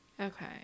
Okay